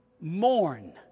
mourn